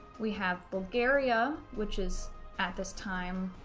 we have bulgaria, which is at this time,